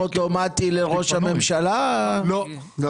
תבדקו מתי יש יציאה ראשונה, תעשו